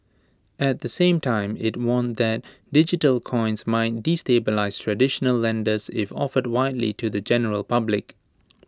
at the same time IT warned that digital coins might destabilise traditional lenders if offered widely to the general public